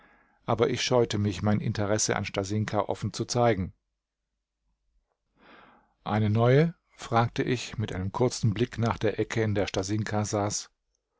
aber ich scheute mich mein interesse an stasinka offen zu zeigen eine neue fragte ich mit einem kurzen blick nach der ecke in der